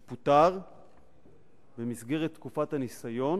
הוא פוטר במסגרת תקופת הניסיון,